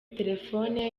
telefoni